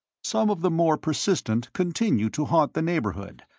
some of the more persistent continued to haunt the neighbourhood,